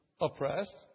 oppressed